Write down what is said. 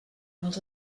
els